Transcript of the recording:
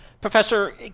Professor